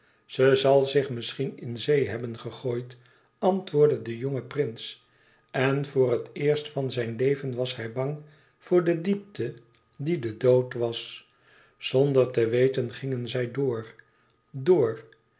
ze zal zich misschien in zee hebben gegooid antwoordde de jonge prins en voor het eerst van zijn leven was hij bang voor de diepte die de dood was zonder te weten gingen zij door door